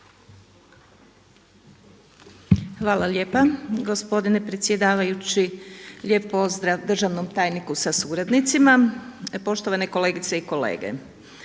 Hvala lijepa, gospodine predsjedavajući, lijep pozdrav državnom tajniku sa suradnicima, poštovane kolegice i kolege.